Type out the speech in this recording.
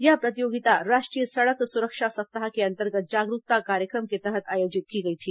यह प्रतियोगिता राष्ट्रीय सड़क सुरक्षा सप्ताह के अंतर्गत जागरूकता कार्यक्रम के तहत आयोजित की गई थी